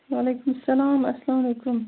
وعلیکُم سلام اَسلام علیکُم